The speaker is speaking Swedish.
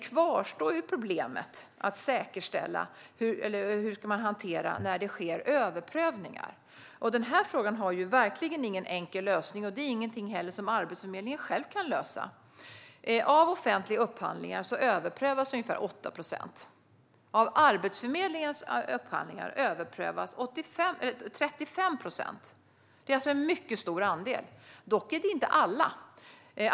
Problemet med att säkerställa det hela och att hantera överprövningar kvarstår dock. Frågan har verkligen ingen enkel lösning, och det är inte heller någonting som Arbetsförmedlingen själv kan lösa. Av offentliga upphandlingar överprövas ungefär 8 procent. Av Arbetsförmedlingens upphandlingar överprövas 35 procent. Det är alltså en mycket stor andel. Dock är det inte alla.